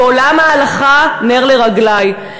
ועולם ההלכה נר לרגלי,